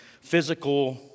physical